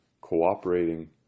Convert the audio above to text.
cooperating